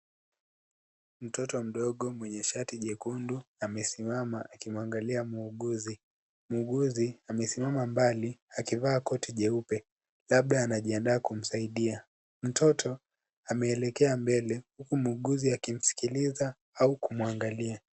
Mtoto mdogo mwenye shati nyekundu amesimama akimwangalia muuguzi, muuguzi amesimama mbali akivaa koti jeupe labda anajiandaa kumsaidia, mtoto ameelekea mbele huku muuguzi akimsikiliza au kumwangalia.